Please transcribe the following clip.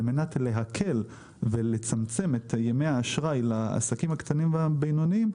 ועל מנת להקל ולצמצם את ימי האשראי לעסקים הקטנים והבינוניים,